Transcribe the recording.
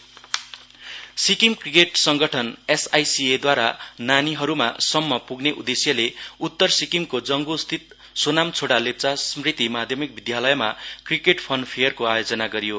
cricket Sikkim cricket संगठन SICA द्वारा नानीहरूसम्म पुग्ने उद्देश्यले उत्तर सिक्किमको जङ्गुस्थित सोनाम छोडा लेप्चा स्मृति माध्यमिक विद्यालयमा क्रिकेट फन फेयरको आयोजना गरियो